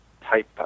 type